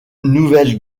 nouvelle